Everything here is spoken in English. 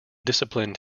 disciplined